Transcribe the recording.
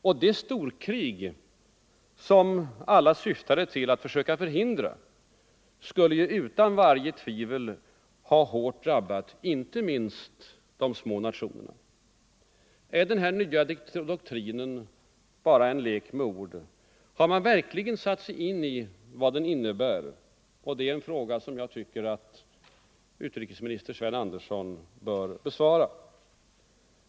Och det storkrig som man syftade till att söka förhindra skulle ju utan varje tvivel ha hårt drabbat inte minst de små nationerna. Är den nya doktrinen bara en lek med ord? Har man verkligen satt sig in vad den innebär? Det är en fråga som jag tycker att utrikesministern Sven Andersson bör besvara.